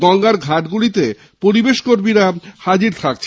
গঙ্গার ঘাটগুলিতে পরিবেশ কর্মীরা হাজির থাকছেন